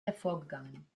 hervorgegangen